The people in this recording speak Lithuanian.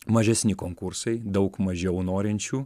mažesni konkursai daug mažiau norinčių